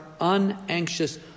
unanxious